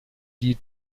die